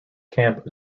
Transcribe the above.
camp